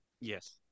Yes